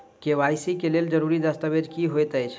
KYC लेल जरूरी दस्तावेज की होइत अछि?